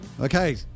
Okay